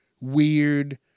weird